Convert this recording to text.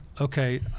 okay